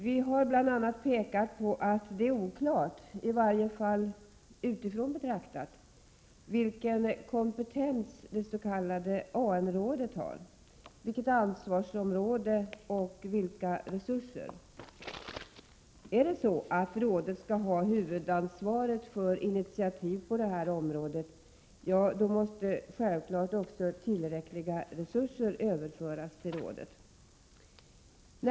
Vi har bl.a. pekat på att det är oklart, i varje fall utifrån betraktat, vilken kompetens dets.k. AN-rådet har. Ansvarsområdet och resurserna för rådet är också oklara. Skall rådet ha huvudansvaret för initiativ på det här området, måste självfallet också tillräckliga resurser överföras till rådet.